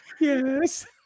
yes